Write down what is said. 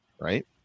right